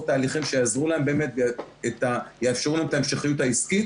התהליכים שיעזרו להם באמת ויאפשרו להם את ההמשכיות העסקית.